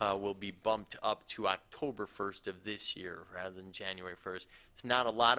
will be bumped up to october first of this year rather than january first it's not a lot